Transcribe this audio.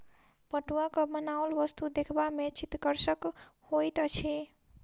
पटुआक बनाओल वस्तु देखबा मे चित्तकर्षक होइत अछि